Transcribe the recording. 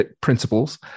principles